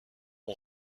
ont